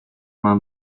main